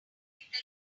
tongue